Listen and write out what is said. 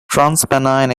transpennine